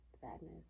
sadness